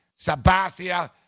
Sabathia